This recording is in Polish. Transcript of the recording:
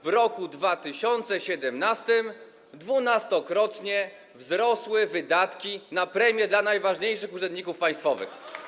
W roku 2017 dwunastokrotnie wzrosły wydatki na premie dla najważniejszych urzędników państwowych.